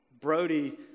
Brody